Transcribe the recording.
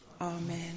Amen